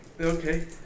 Okay